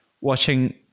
watching